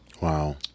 Wow